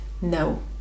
no